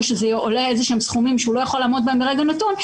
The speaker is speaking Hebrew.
שזה עולה סכומים שהוא לא יכול לעמוד בהם ברגע נתון,